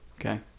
okay